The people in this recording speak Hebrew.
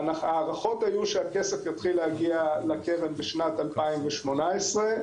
ההערכות היו שהכסף יתחיל להגיע לקרן בשנת 2018,